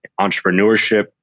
entrepreneurship